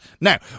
Now